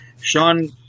Sean